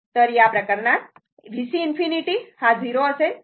तर या प्रकरणात VC∞ हा 0 असेल